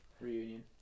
Reunion